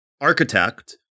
architect